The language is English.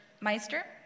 Meister